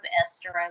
Esther